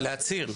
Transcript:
להצהיר?